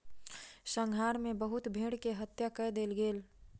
संहार मे बहुत भेड़ के हत्या कय देल गेल